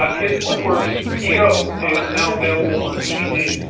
but his woodworks show is now available on dvd.